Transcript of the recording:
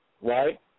right